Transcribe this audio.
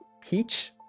Peach